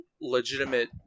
legitimate